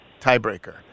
tiebreaker